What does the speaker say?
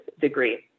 degree